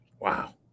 wow